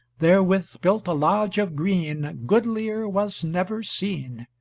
therewith built a lodge of green, goodlier was never seen,